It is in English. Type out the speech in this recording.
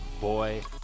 boy